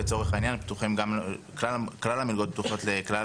כלל המלגות פתוחות לכלל